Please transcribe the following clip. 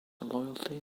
loyalty